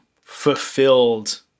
fulfilled